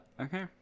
Okay